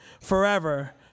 forever